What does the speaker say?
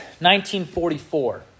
1944